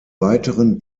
weiteren